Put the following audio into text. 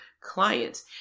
client